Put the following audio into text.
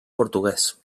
portuguès